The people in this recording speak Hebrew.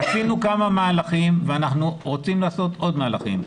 עשינו כמה מהלכים ואנחנו רוצים לעשות עוד מהלכים.